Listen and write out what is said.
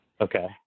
Okay